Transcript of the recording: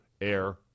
air